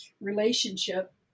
relationship